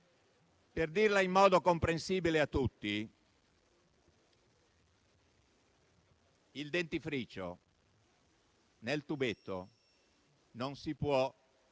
Per dirla in modo comprensibile a tutti, il dentifricio non si può